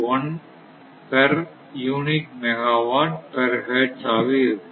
01 per unit megawatt per hertz ஆக இருக்கும்